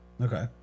Okay